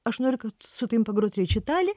aš noriu kad su tavim pagrot rečitalį